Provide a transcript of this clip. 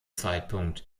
zeitpunkt